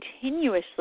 continuously